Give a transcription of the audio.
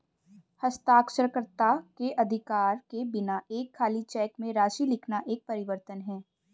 हस्ताक्षरकर्ता के अधिकार के बिना एक खाली चेक में राशि लिखना एक परिवर्तन है